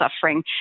suffering